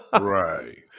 Right